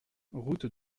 route